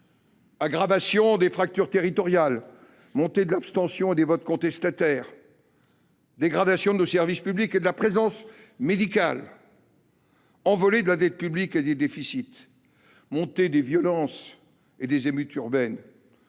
aggravation des fractures territoriales, montée de l’abstention et des votes contestataires, dégradation de nos services publics et de la présence médicale, envolée de la dette publique et des déficits, montée des violences et des émeutes urbaines,